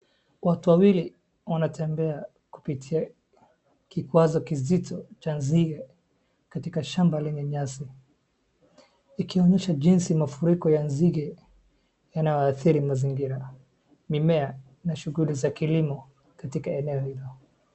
Watu wawili wanatembea kiupitia kikwazo kizito cha nzige katika shamba lenye nyasi, ikionyesha jinsi mafuriko ya nzige yanayoadhiri mazingira, mimea na shughuli za kilimo, katika eneo hilo.